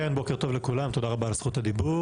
בוקר טוב לכולם, תודה רבה על זכות הדיבור.